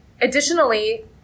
additionally